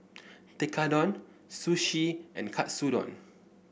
Tekkadon Sushi and Katsudon